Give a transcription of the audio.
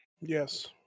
Yes